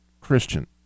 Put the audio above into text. Christian